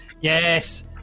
yes